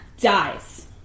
dies